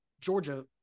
Georgia